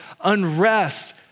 unrest